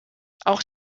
auch